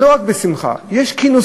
לא רק בשמחה, יש כינוסים,